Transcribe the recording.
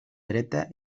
dreta